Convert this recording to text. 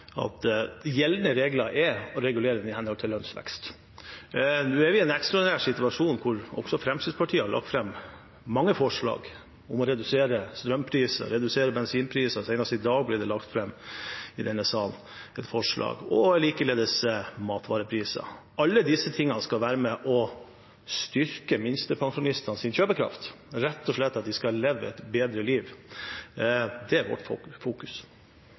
at gjeldende regler er å regulere i henhold til lønnsvekst. Nå er vi i en ekstraordinær situasjon, hvor også Fremskrittspartiet har lagt fram mange forslag om å redusere strømpriser, om å redusere bensinpriser – senest i dag ble det lagt fram i denne sal et forslag – og likeledes matvarepriser. Alle disse tingene skal være med og styrke minstepensjonistenes kjøpekraft, rett og slett at de skal leve et bedre liv. Det er vårt fokus.